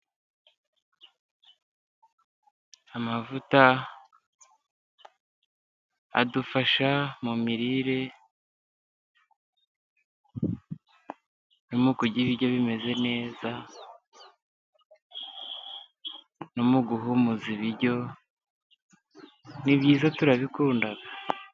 Amavuta adufasha mu mirire, no mu kurya ibiryo bimeze neza, no mu guhumuza ibiryo. Ni byiza turabikunda.